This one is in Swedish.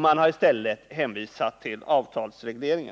Man har i stället hänvisat till avtalsreglering.